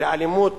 לאלימות